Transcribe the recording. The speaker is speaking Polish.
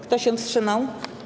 Kto się wstrzymał?